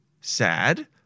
sad